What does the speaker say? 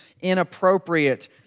inappropriate